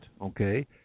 Okay